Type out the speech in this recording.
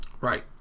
right